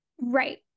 Right